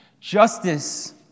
Justice